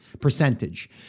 percentage